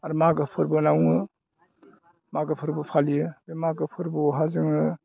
आरो मागो फोरबो होनना बुङो मागो फोरबो फालियो बे मागो फोरबोआवहाय जोङो